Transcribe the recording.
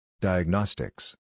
Diagnostics